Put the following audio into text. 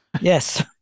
yes